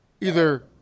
Either-